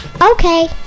okay